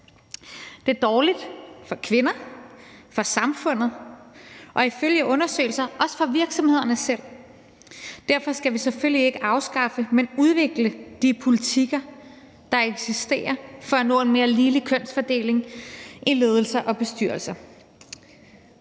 Det er dårligt for kvinder, for samfundet, og ifølge undersøgelser også for virksomhederne selv. Derfor skal vi selvfølgelig ikke afskaffe, men udvikle de politikker, der eksisterer, for at nå en mere ligelig kønsfordeling i ledelser og bestyrelser.